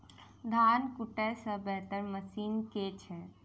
धान कुटय केँ बेहतर मशीन केँ छै?